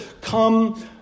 come